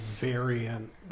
variant